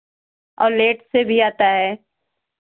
और लेट से भी आता है